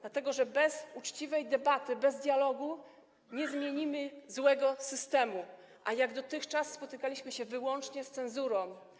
Dlatego że bez uczciwej debaty, bez dialogu nie zmienimy złego systemu, a jak dotychczas spotykaliśmy się wyłącznie z cenzurą.